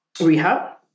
rehab